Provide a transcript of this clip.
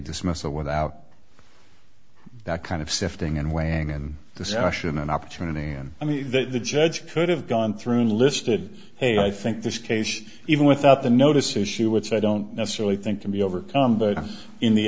dismissal without that kind of sifting and weighing and discussion and opportunity and i mean that the judge could have gone through listed hey i think this case even without the notice issue which i don't necessarily think can be overcome but in the